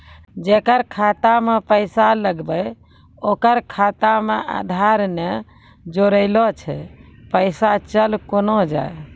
जेकरा खाता मैं पैसा लगेबे ओकर खाता मे आधार ने जोड़लऽ छै पैसा चल कोना जाए?